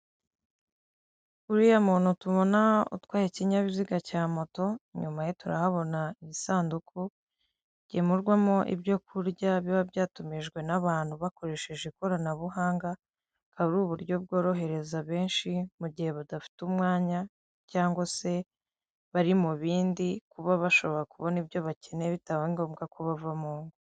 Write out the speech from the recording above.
Uriya muntu tubona utwaye ikinyabiziga cya moto inyuma ye turahabona igisanduku kigemurwamo ibyo kurya biba byatumijwe n'abantu bakoresheje ikoranabuhanga, bukaba ari uburyo bworohereza benshi mu gihe badafite umwanya cyangwa se bari mu bindi kuba bashobora kubona ibyo bakeneye bitabaye ngombwa ko bava mu ngo.